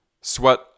sweat